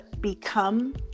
become